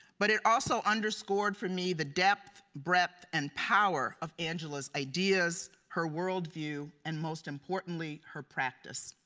but it also underscored for me the depth, breadth. and power, of angel's ideas, her world view, and most importantly, her practice.